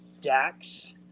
Dax